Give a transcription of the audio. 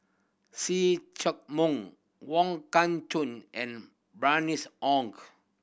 See Chak Mun Wong Kah Chun and Bernice Ong